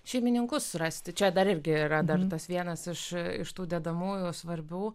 šeimininkus surasti čia dar irgi yra dar tas vienas aš iš tų dedamųjų svarbių